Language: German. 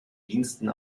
diensten